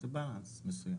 צריך בלאנס מסוים.